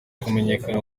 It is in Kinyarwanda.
kumenyekana